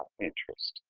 interest.